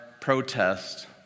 protest